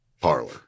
parlor